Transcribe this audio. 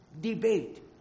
Debate